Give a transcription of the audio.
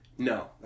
No